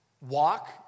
walk